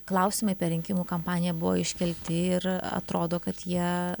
klausimai per rinkimų kampaniją buvo iškelti ir atrodo kad jie